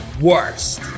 worst